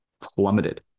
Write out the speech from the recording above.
plummeted